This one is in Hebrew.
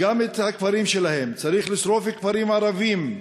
גם את הכפרים שלהם צריך לשרוף, כפרים ערביים,